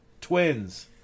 Twins